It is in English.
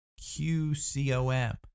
QCOM